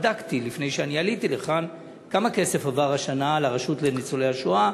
בדקתי לפני שעליתי לכאן כמה כסף עבר השנה לרשות לניצולי השואה,